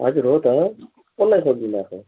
हजुर हो त कसलाई खोज्नु भएको